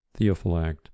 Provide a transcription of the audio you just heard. Theophylact